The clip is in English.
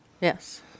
Yes